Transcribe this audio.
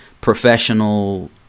professional